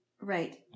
Right